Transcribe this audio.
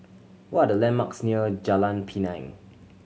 what are the landmarks near Jalan Pinang